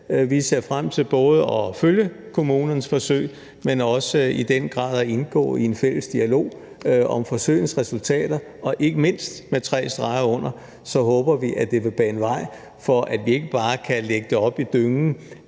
Vi ser frem til både at følge kommunernes forsøg, men også i den grad at indgå i en fælles dialog om forsøgenes resultater, og ikke mindst – med tre streger under – håber vi, at det vil bane vej for, at vi ikke bare kan lægge det op i dyngen